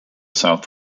south